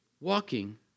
walking